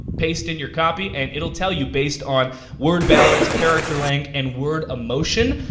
paste in your copy and it'll tell you based on word balance, character length, and word emotion.